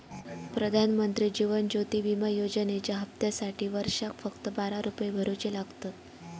प्रधानमंत्री जीवन ज्योति विमा योजनेच्या हप्त्यासाटी वर्षाक फक्त बारा रुपये भरुचे लागतत